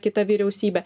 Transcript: kita vyriausybė